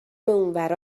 اونورا